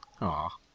Aw